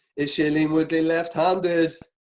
is shailene woodley left-handed?